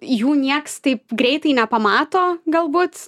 jų nieks taip greitai nepamato galbūt